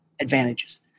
advantages